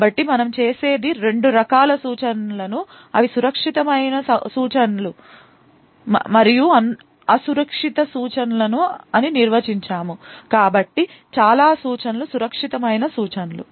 కాబట్టి మనము చేసేది రెండు రకాల సూచనలను అవి సురక్షితమైన సూచనలు మరియు అసురక్షిత సూచనలు అని నిర్వచించాము కాబట్టి చాలా సూచనలు సురక్షితమైన సూచనలు